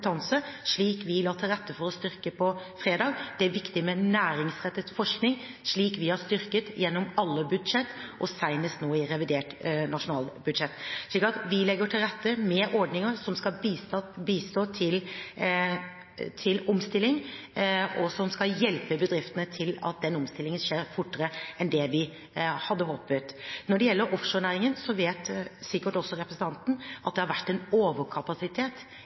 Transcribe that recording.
vi la til rette for å styrke, på fredag. Det er viktig med næringsrettet forskning, som vi har styrket gjennom alle budsjetter, senest nå i revidert nasjonal budsjett. Så vi legger til rette for ordninger som skal bistå til omstilling, og som skal hjelpe bedriftene til at omstillingen skjer fortere enn det vi hadde håpet. Når det gjelder offshorenæringen, vet sikkert også representanten at det har vært en overkapasitet